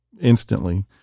instantly